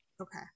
Okay